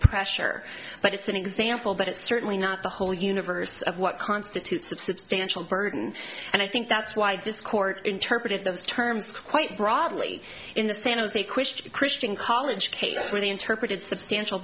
pressure but it's an example but it's certainly not the whole universe of what constitutes a substantial burden and i think that's why this court interpreted those terms quite broadly in the san jose question christian college case where they interpreted substantial